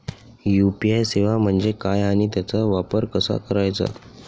UPI सेवा म्हणजे काय आणि त्याचा वापर कसा करायचा?